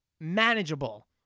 manageable